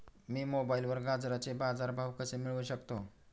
मी मोबाईलवर गाजराचे बाजार भाव कसे मिळवू शकतो?